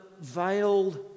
veiled